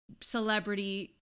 celebrity